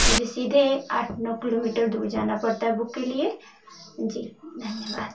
मुझे सीधे आठ नौ किलोमीटर दूर जाना पड़ता है बूक के लिए जी धन्यवाद